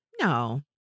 No